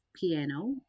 piano